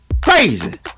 Crazy